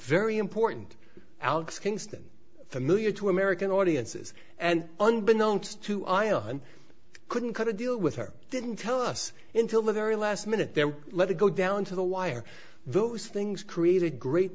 very important alex kingston familiar to american audiences and unbeknown to aisle one couldn't cut a deal with her didn't tell us in til the very last minute there let it go down to the wire those things created great